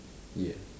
yeah